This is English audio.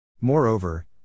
Moreover